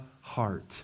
heart